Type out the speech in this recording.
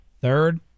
Third